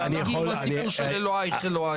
אז מגיע הסיפור של אלוקייך אלוקיי.